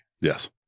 Yes